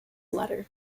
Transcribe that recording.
letter